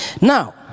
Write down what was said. Now